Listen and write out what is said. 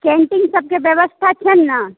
कैंटीनसभके व्यवस्था छै ने